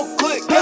click